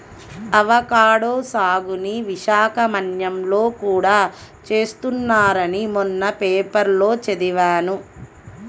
avocado సాగుని విశాఖ మన్యంలో కూడా చేస్తున్నారని మొన్న పేపర్లో చదివాను